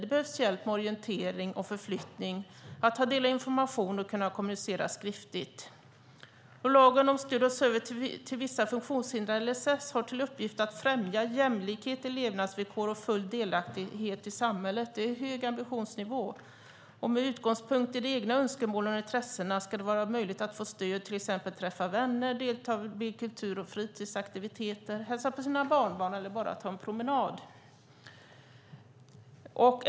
Det behövs hjälp med orientering och förflyttning, att ta del av information och kunna kommunicera skriftligt. Lagen om stöd och service till vissa funktionshindrade, LSS, har till uppgift att främja jämlikhet i levnadsvillkor och full delaktighet i samhället. Det är en hög ambitionsnivå. Med utgångspunkt i de egna önskemålen och intressena ska det vara möjligt att få stöd för att till exempel träffa vänner, delta i kultur och fritidsaktiviteter, hälsa på sina barnbarn eller bara ta en promenad.